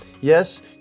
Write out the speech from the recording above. Yes